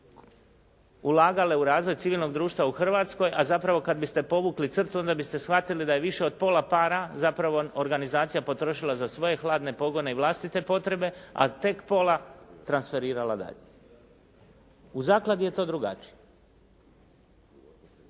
ulagale u razvoj civilnog društva u Hrvatskoj, a zapravo kada biste povukli crtu onda biste shvatili da je više od pola para zapravo organizacija potrošila za svoje hladne pogone i vlastite potrebe a tek pola transferirala dalje. U zakladi je to drugačije.